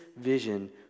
vision